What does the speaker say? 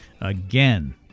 Again